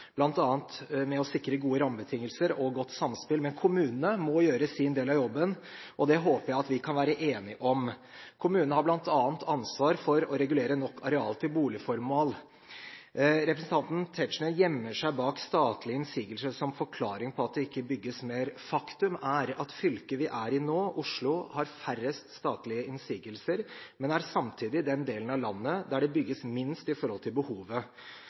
bl.a. med å sikre gode rammebetingelser og godt samspill, men kommunene må gjøre sin del av jobben, og det håper jeg at vi kan være enige om. Kommunene har bl.a. ansvar for å regulere nok areal til boligformål. Representanten Tetzschner gjemmer seg bak statlige innsigelser som forklaring på at det ikke bygges mer. Faktum er at fylket vi er i nå, Oslo, har færrest statlige innsigelser, men er samtidig den delen av landet der det bygges minst i forhold til behovet.